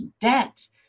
debt